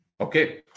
Okay